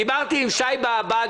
דיברתי עם שי באב"ד,